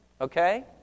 Okay